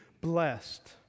blessed